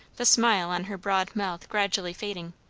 the smile on her broad mouth gradually fading.